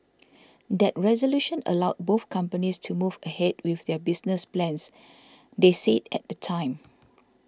that resolution allowed both companies to move ahead with their business plans they said at the time